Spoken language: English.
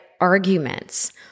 arguments